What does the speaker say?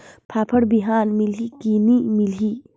फाफण बिहान मिलही की नी मिलही?